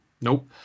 nope